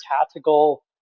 tactical